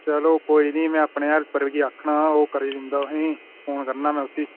चलो कोई गल्ल निं में अपने हेल्पर गी आक्खना ओह् करी दिंदा तुसेंगी फोन करना में उसी